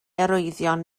arwyddion